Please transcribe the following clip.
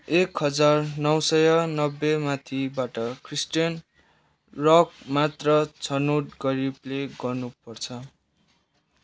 एक हजार नौ सय नब्बे माथिबाट क्रिश्चियन रक मात्र छनोट गरी प्ले गर्नुपर्छ